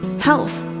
health